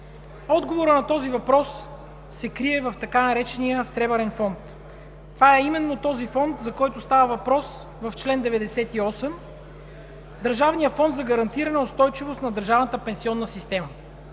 Отговорът на този въпрос се крие в така наречения Сребърен фонд. Това е именно този фонд, за който става въпрос в чл. 98 – Държавният фонд за гарантиране устойчивост на държавната пенсионна система.